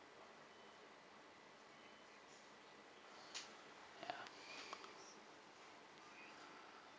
ya